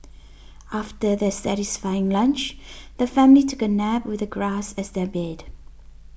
after their satisfying lunch the family took a nap with the grass as their bed